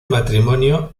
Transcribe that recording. matrimonio